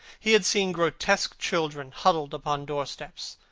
he had seen grotesque children huddled upon door-steps,